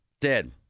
dead